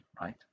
right